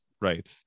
right